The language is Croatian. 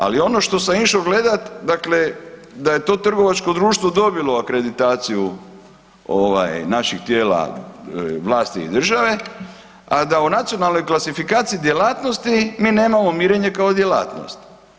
Ali ono što sam išao gledati dakle da je to trgovačko društvo dobilo akreditaciju naših tijela vlasti i države, a da u nacionalnoj klasifikaciji djelatnosti mi nemamo mirenje kao djelatnost.